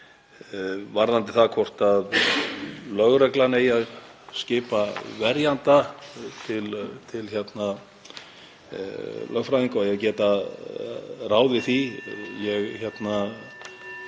Varðandi það hvort lögreglan eigi að skipa verjanda til lögfræðinga og eigi að geta ráðið því — ég